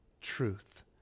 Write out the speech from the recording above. truth